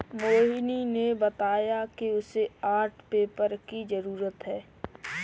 मोहिनी ने बताया कि उसे आर्ट पेपर की जरूरत है